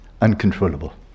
uncontrollable